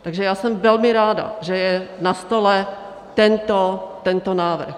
Takže já jsem velmi ráda, že je na stole tento návrh.